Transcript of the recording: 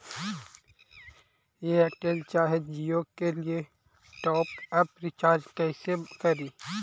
Airtel चाहे जियो के लिए टॉप अप रिचार्ज़ कैसे करी?